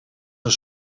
hun